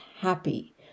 happy